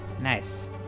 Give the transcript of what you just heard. Nice